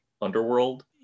underworld